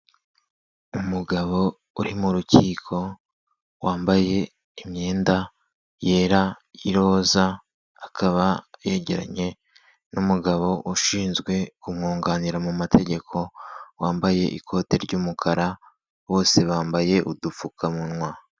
Umugabo uri mu rukiko, wambaye imyenda yera y'iroza, akaba yegeranye n'umugabo ushinzwe kumwunganira mu mategeko, wambaye ikote ry'umukara bose bambaye udupfukamunwa.